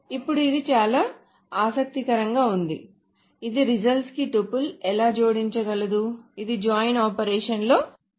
ఇప్పుడు ఇది చాలా ఆసక్తికరంగా ఉంది ఇది రిజల్ట్స్ కి టుపుల్ను ఎలా జోడించగలదు ఇది జాయిన్ ఆపరేషన్ లో భాగంగా నిర్వచించ బడలేదు